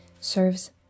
serves